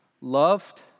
loved